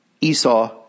Esau